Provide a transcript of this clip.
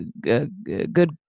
good